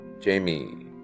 Jamie